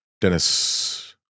Dennis